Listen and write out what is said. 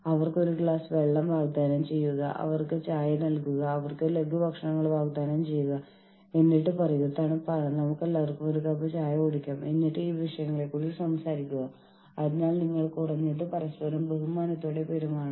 നിങ്ങൾക്ക് സമയമുള്ളപ്പോഴെല്ലാം ഇത് വായിക്കാം ഇത് Gomez Mejia Balkin Cardy Gomez Mejia Balkin Cardy എന്നിവർ എഴുതിയ ഈ പുസ്തകത്തിൽ നിന്ന് നേരിട്ട് എടുത്തതാണ്